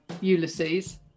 ulysses